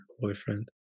boyfriend